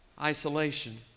isolation